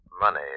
Money